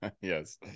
yes